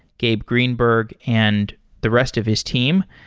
gabe greenberg, and the rest of his team.